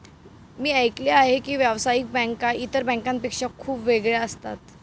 मी ऐकले आहे की व्यावसायिक बँका इतर बँकांपेक्षा खूप वेगळ्या असतात